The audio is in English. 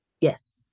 Yes